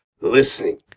listening